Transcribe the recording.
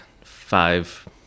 five